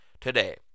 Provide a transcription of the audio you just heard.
today